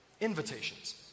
invitations